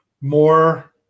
more